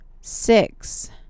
six